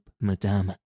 madame